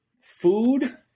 food